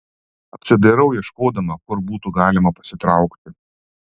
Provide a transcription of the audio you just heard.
apsidairau ieškodama kur būtų galima pasitraukti